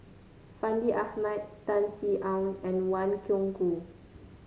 Fandi Ahmad Tan Sin Aun and Wang Gungwu